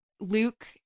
Luke